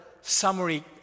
summary